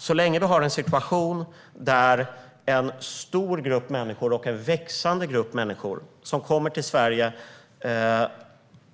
Så länge vi har en situation där en stor och växande grupp människor som kommer till Sverige